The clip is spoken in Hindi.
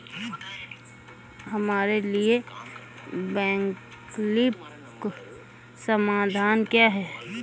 हमारे लिए वैकल्पिक समाधान क्या है?